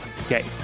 Okay